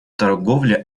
торговле